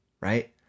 right